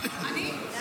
אני?